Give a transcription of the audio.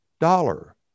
dollar